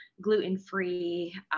gluten-free